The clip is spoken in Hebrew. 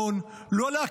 לא לתמרן בלבנון,